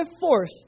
force